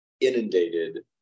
inundated